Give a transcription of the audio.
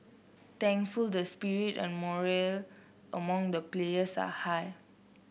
thankful the spirit and morale among the players are high